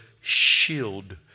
shield